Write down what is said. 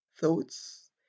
thoughts